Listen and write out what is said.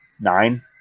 nine